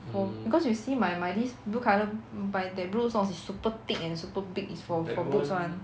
because you see my my this blue colour my that blue socks is super thick and super big is for for boots [one]